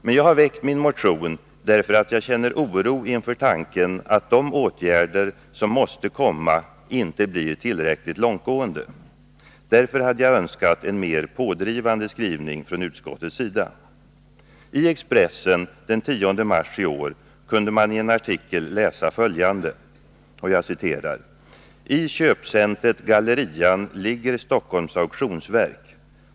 Men jag har väckt min motion därför att jag känner oro inför tanken att de åtgärder som måste komma inte blir tillräckligt långtgående. Därför hade jag önskat en mer pådrivande skrivning från utskottets sida. I Expressen den 10 mars i år kunde man i en artikel läsa följande: ”TI köpcentret Gallerian ligger Stockholms auktionsverk.